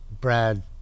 Brad